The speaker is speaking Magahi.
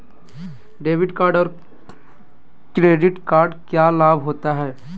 डेबिट कार्ड और क्रेडिट कार्ड क्या लाभ होता है?